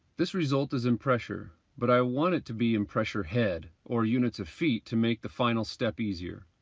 this result is in pressure, but i want it to be in pressure head, or units of feet to make the final step easier.